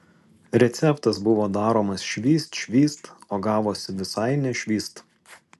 receptas buvo daromas švyst švyst o gavosi visai ne švyst